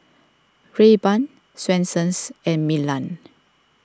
Rayban Swensens and Milan